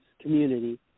community